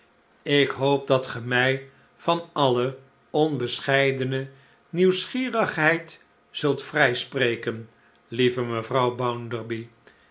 ik hoop dat ge mij van alle onbescheidene nieuwsgierigheid zult vrjjspreken lievemevrouw